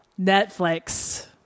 Netflix